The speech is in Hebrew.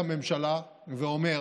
אל הממשלה ואומר: